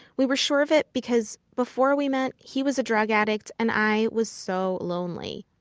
we were sure of it because before we met, he was a drug addict and i was so lonely.